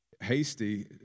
hasty